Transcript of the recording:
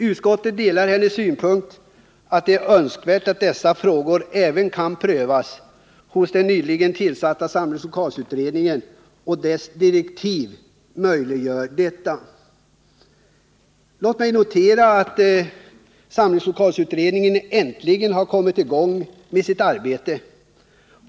Utskottet delar hennes synpunkt att det är önskvärt att dessa frågor även kan prövas hos den nyligen tillsatta samlingslokalsutredningen och att dess direktiv möjliggör detta. Låt mig notera att samlingslokalsutredningen äntligen har kommit i gång med sitt arbete.